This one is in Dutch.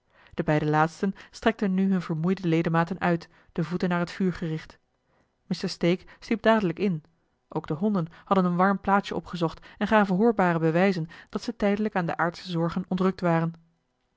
de beide laatsten strekten nu hunne vermoeide ledematen uit de voeten naar het vuur gericht mr stake sliep dadelijk in ook de honden hadden een warm eli heimans willem roda plaatsje opgezocht en gaven hoorbare bewijzen dat ze tijdelijk aan de aardsche zorgen ontrukt waren